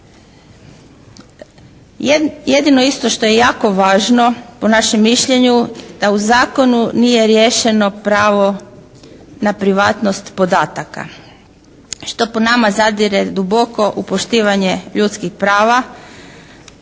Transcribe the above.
Jedino isto što je jako važno po našem mišljenju da u zakonu nije riješeno pravo na privatnost podataka što po nama zadire duboko u poštivanje ljudskih prava.